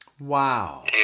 Wow